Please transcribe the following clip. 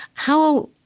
how,